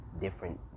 different